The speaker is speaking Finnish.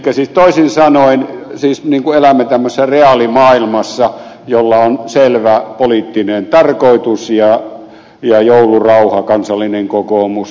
elikkä toisin sanoen siis elämme tämmöisessä reaalimaailmassa jolla on selvä poliittinen tarkoitus joulurauha kansallisen kokoomuksen eduskuntaryhmään